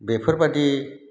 बेफोरबायदि